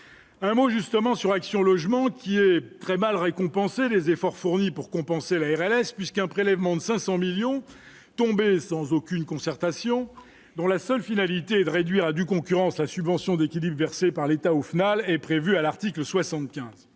un mot justement sur Action Logement, qui est très mal récompensé les efforts fournis pour compenser la RLS puisqu'un prélèvement de 500 millions tomber sans aucune concertation, dont la seule finalité est de réduire à due concurrence la subvention d'équilibre versées par l'État au FNAL est prévue à l'article 75